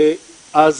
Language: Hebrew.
זה